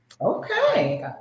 Okay